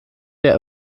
der